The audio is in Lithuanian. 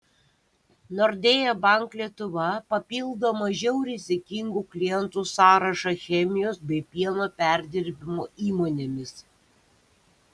nordea bank lietuva papildo mažiau rizikingų klientų sąrašą chemijos bei pieno perdirbimo įmonėmis